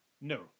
No